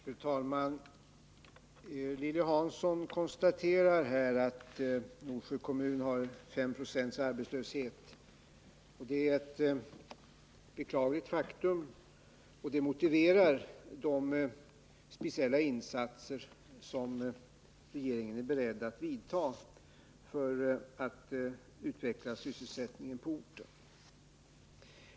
Fru talman! Lilly Hansson konstaterar här att Norsjö kommun har 5 96 arbetslöshet. Det är ett beklagligt faktum, och det motiverar de speciella insatser som regeringen är beredd att göra för att utveckla sysselsättningen på orten.